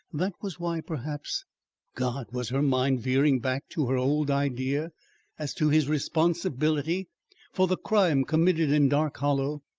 that was why, perhaps god! was her mind veering back to her old idea as to his responsibility for the crime committed in dark hollow?